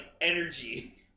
energy